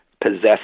possessed